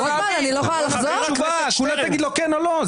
כולה תגיד לו כן או לא.